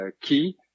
key